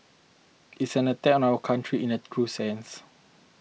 it's an attack on our country in a true sense